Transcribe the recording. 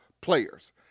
Players